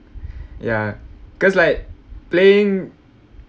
ya cause like playing